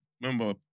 Remember